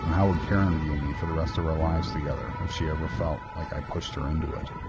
and how would karen view me for the rest of our lives together, if she ever felt like i pushed her into it?